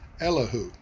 Elihu